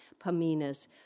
Pamina's